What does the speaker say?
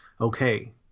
okay